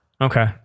Okay